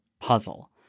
puzzle